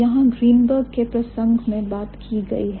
यहां Greenberg के प्रसंग में बात की गई है